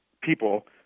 people